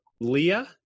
Leah